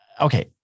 okay